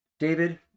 David